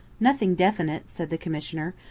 nothing definite, said the commissioner.